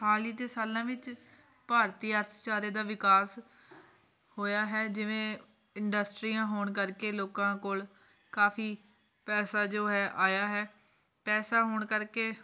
ਹਾਲ ਹੀ ਦੇ ਸਾਲਾਂ ਵਿੱਚ ਭਾਰਤੀ ਅਰਥਚਾਰੇ ਦਾ ਵਿਕਾਸ ਹੋਇਆ ਹੈ ਜਿਵੇਂ ਇੰਡਸਟਰੀਆਂ ਹੋਣ ਕਰਕੇ ਲੋਕਾਂ ਕੋਲ ਕਾਫੀ ਪੈਸਾ ਜੋ ਹੈ ਆਇਆ ਹੈ ਪੈਸਾ ਹੋਣ ਕਰਕੇ